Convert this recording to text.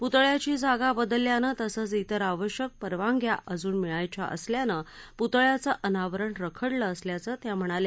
पुतळ्याची जागा बदलल्यानं तसंच तिर आवश्यक परवानग्या अजून मिळायच्या असल्यानं पुतळ्याचं अनावरण रखडलं असल्याचं त्या म्हणाल्या